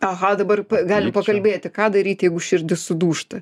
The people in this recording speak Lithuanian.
aha dabar galim pakalbėti ką daryti jeigu širdis sudūžta